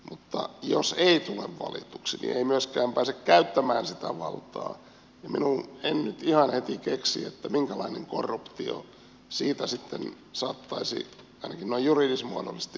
mutta jos ei tule valituksi niin ei myöskään pääse käyttämään sitä valtaa niin etten nyt ihan heti keksi minkälainen korruptio siitä sitten saattaisi ainakaan noin juridis muodollisesti syntyä